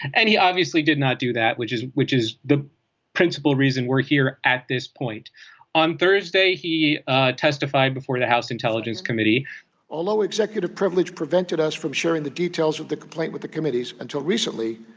and he obviously did not do that which is which is the principal reason we're here at this point on thursday he testified before the house intelligence committee although executive privilege prevented us from sharing the details with the complaint with the committees until recently.